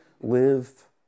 live